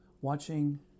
watching